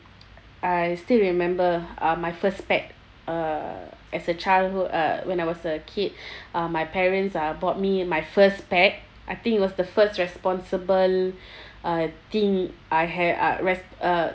I still remember uh my first pet uh as a childhood uh when I was a kid uh my parents uh bought me my first pet I think it was the first responsible uh thing I ha~ uh res~ uh